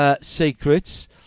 secrets